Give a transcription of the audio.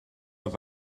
oedd